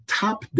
top